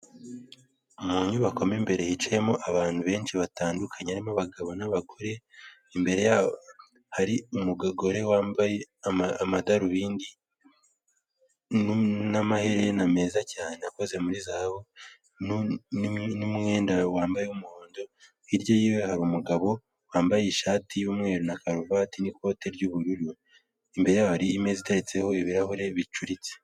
Mu nyubako mo imbere hicayemo abantu benshi batandukanye harimo abagabo n'abagore, imbere yaho hari umugore wambaye amadarubindi n'amaherena meza cyane akoze muri zahabu, n'umwenda wambawe w'umuhondo, hirya yiwe hari umugabo wambaye ishati y'umweru na karuvati n'ikote ry'ubururu, imbere yabo hari imeze iteretseho ibirahure bicuritse.